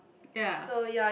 ya